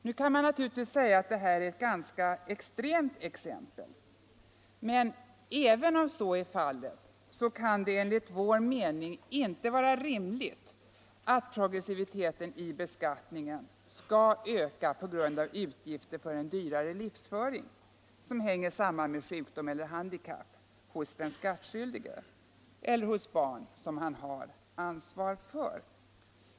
Nu kan man naturligtvis säga att det här är ett ganska extremt exempel, men även om så är fallet kan det enligt vår mening inte vara rimligt att progressiviteten i beskattningen skall öka på grund av utgifter för en dyrare livsföring som hänger samman med sjukdom eller handikapp hos den skattskyldige eller hos barn som denne har ansvar för.